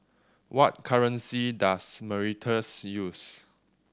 what currency does Mauritius use